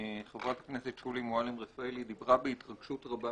חברת הכנסת שולי מועלם-רפאלי דיברה בהתרגשות רבה